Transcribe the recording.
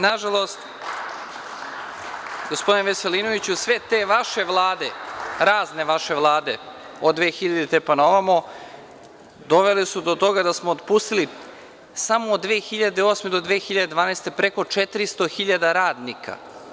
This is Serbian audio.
Nažalost, gospodine Veselinoviću, sve te vaše vlade, razne vaše vlade od 2000. pa na ovamo, dovele su do toga da smo otpustili samo od 2008. do 2012. godine 400.000 radnika.